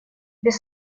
без